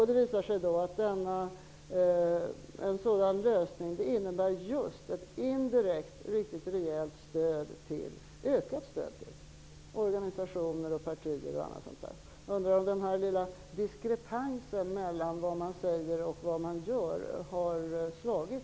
Det har visat sig att detta skulle innebär ett rejält indirekt ökad stöd till organisationer och partier. Jag undrar om den här lilla diskrepansen mellan vad man säger och vad man gör har slagit